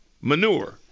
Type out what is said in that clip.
manure